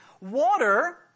Water